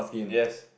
yes